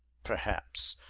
perhaps,